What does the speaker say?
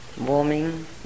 warming